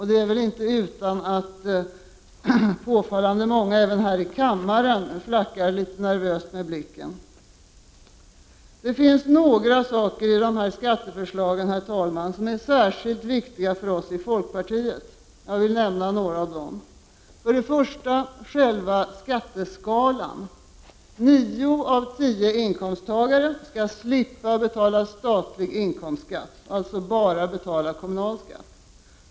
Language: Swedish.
Det är väl inte utan att påfallande många även här i kammaren flackar litet nervöst med blicken. Det finns några saker i skatteförslagen som är särskilt viktiga för oss i folkpartiet. Jag vill nämna några av dem. För det första är det själva skatteskalan. Nio av tio inkomsttagare skall slippa betala statlig inkomstskatt och alltså bara betala kommunalskatt.